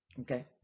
okay